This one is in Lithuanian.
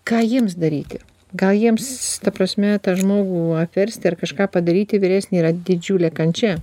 ką jiems daryti gal jiems ta prasme tą žmogų apversti ar kažką padaryti vyresnį yra didžiulė kančia